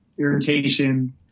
irritation